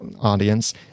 audience